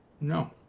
No